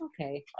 Okay